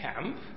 camp